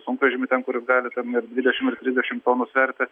sunkvežimį ten kur gali ten ir dvidešim ir trisdešim tonų sverti